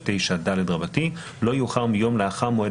ולא יאוחר מ-14 יום?